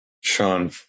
Sean